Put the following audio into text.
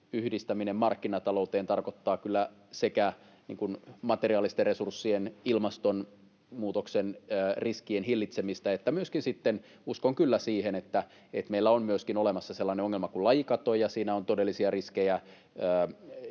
yhdistäminen markkinatalouteen tarkoittaa kyllä materiaalisten resurssien, ilmastonmuutoksen riskien hillitsemistä, mutta myöskin uskon kyllä siihen, että meillä on olemassa sellainen ongelma kuin lajikato. Siinä on todellisia riskejä